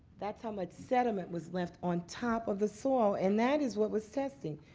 that's how much sediment was left on top of the soil. and that is what was testing.